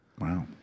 Wow